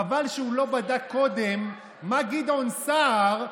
חבל שהוא לא בדק קודם איך גדעון סער,